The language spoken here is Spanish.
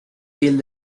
piel